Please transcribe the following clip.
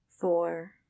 four